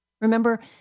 Remember